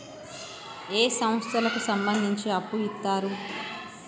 ఏ సంస్థలకు సంబంధించి అప్పు ఇత్తరు?